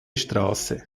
straße